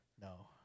No